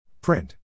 Print